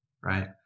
right